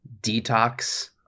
detox